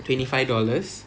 twenty five dollars